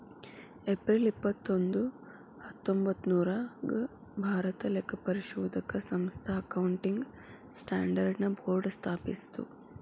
April ಇಪ್ಪತ್ತೊಂದು ಹತ್ತೊಂಭತ್ತ್ನೂರಾಗ್ ಭಾರತಾ ಲೆಕ್ಕಪರಿಶೋಧಕ ಸಂಸ್ಥಾ ಅಕೌಂಟಿಂಗ್ ಸ್ಟ್ಯಾಂಡರ್ಡ್ ನ ಬೋರ್ಡ್ ಸ್ಥಾಪಿಸ್ತು